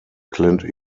clint